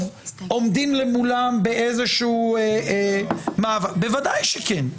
עומדים מולם באיזשהו מאבק בוודאי שכן,